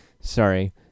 sorry